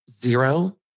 zero